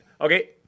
Okay